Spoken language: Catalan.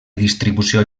distribució